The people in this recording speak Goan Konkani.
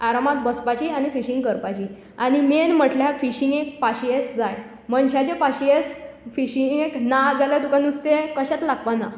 आरामात बसपाची आनी फिशींग करपाची आनी मेन म्हणल्यार फिशींगेक पाशियेंस जाय मनशाचें पाशियेंस फिशींगेक ना जाल्यार तुका नुस्ते कशेंच लागपा ना